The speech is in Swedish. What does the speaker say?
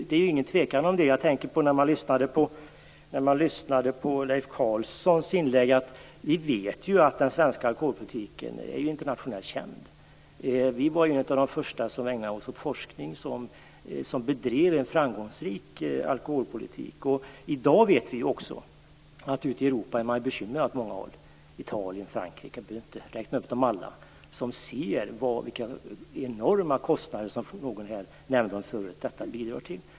Som framgick av Leif Carlsons inlägg vet vi ju att den svenska alkoholpolitiken är internationellt känd. Vi var bland de första som ägnade oss åt forskning och bedrev framgångsrik alkoholpolitik. I dag vet vi också att man på många håll i Europa är bekymrade, t.ex. Italien och Frankrike. Man ser vilka enorma kostnader detta bidrar till.